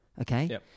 okay